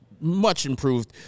much-improved